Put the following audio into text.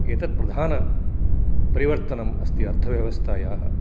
एतत् प्रधानपरिवर्तनम् अस्ति अर्थव्यवस्थायाः